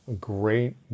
great